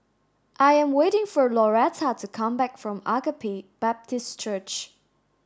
I am waiting for Lauretta to come back from Agape Baptist Church